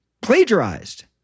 plagiarized